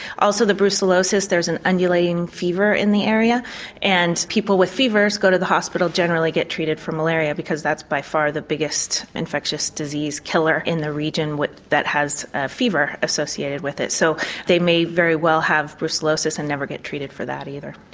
also the brucellosis there's an undulating fever in the area and people with fevers go to the hospital and generally get treated for malaria because that's by far the biggest infectious disease killer in the region that has a fever associated with it. so they may very well have brucellosis and never get treated for that either.